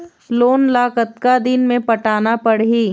Loan ला कतका दिन मे पटाना पड़ही?